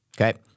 okay